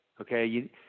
okay